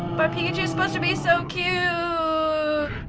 but pikachu's supposed to be so cute. you know